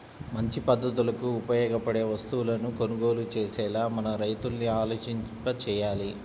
మంచి పద్ధతులకు ఉపయోగపడే వస్తువులను కొనుగోలు చేసేలా మన రైతుల్ని ఆలోచింపచెయ్యాలి